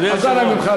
אז אנא ממך,